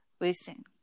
Listen